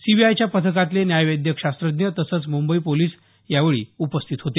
सीबीआयच्या पथकातले न्यायवैद्यक शास्त्रज्ञ तसंच मुंबई पोलिस यावेळी उपस्थित होते